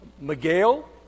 Miguel